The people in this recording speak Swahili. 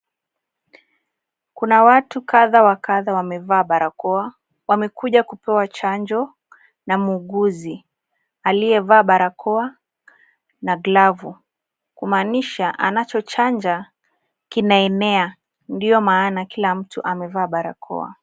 Kuna watu Kadha wa kadhaa wamevaa barakoa, wamekuja kupewa chanjo na muuguzi aliyevaa barakoa na glavu kumanisha anachochanja kinaenea ndio maana kila mtu amevaa barakoa.